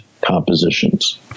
compositions